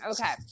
Okay